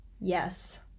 Yes